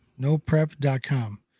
NoPrep.com